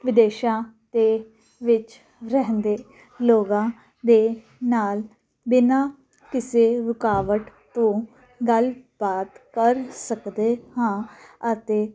ਵਿਦੇਸ਼ਾਂ ਦੇ ਵਿੱਚ ਰਹਿੰਦੇ ਲੋਕਾਂ ਦੇ ਨਾਲ ਬਿਨਾਂ ਕਿਸੇ ਰੁਕਾਵਟ ਤੋਂ ਗੱਲ ਬਾਤ ਕਰ ਸਕਦੇ ਹਾਂ ਅਤੇ